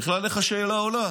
בכלל, איך בכלל השאלה עולה?